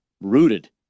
rooted